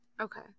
Okay